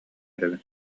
эрэбин